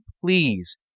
please